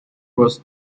was